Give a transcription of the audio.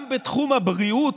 גם בתחום הבריאות,